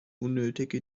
unnötige